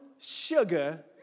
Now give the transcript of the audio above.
Sugar